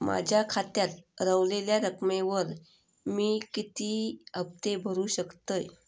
माझ्या खात्यात रव्हलेल्या रकमेवर मी किती हफ्ते भरू शकतय?